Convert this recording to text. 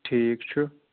ٹھیٖک چھُ